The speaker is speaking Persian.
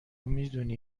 میدونی